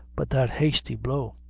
but that hasty blow,